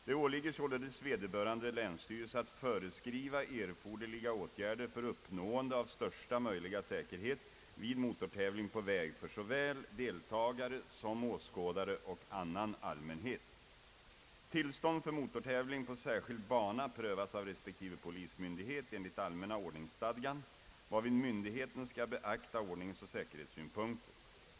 Det åligger således vederbörande länsstyrelse att föreskriva erforderliga åtgärder för uppnående av största möjliga säkerhet vid motortävling på väg för såväl deltagare som åskådare och annan allmänhet. enligt allmänna ordningsstadgan, varvid myndigheten skall beakta ordningsoch säkerhetssynpunkter.